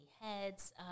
heads